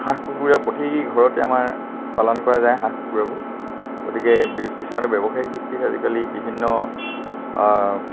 হাঁহ কুকুৰা প্ৰতি ঘৰতে আমাৰ পালন কৰা যায় হাঁহ কুকুৰাবোৰ গতিকে কিছুমানে ব্যৱসায়িক ভিত্তিত আজিকালি বিভিন্ন